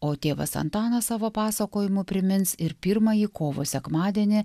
o tėvas antanas savo pasakojimu primins ir pirmąjį kovo sekmadienį